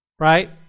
Right